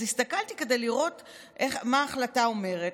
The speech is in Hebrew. הסתכלתי כדי לראות מה ההחלטה אומרת.